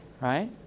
Right